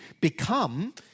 become